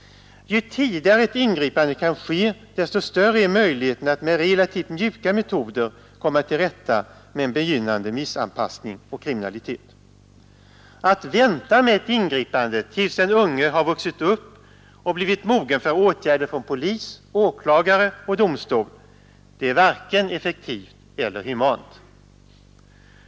Ju tidigare ett ingripande kan ske, desto större är möjligheterna att med relativt mjuka metoder komma till rätta med en begynnande missanpassning och kriminalitet. Att vänta med ett ingripande tills den unge har vuxit upp och blivit mogen för åtgärder från polis, åklagare och domstol är varken effektivt eller humant.